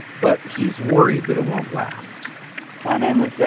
but he's worried that it won't last my name is yeah